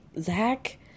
Zach